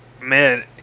man